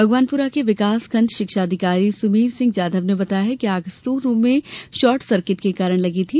भगवानपुरा के विकास खंड शिक्षा अधिकारी सुमेर सिंह जाधव ने बताया कि आग स्टोर रूम में शॉर्ट सर्किट के कारण लगी थी